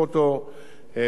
מקדמים אותו.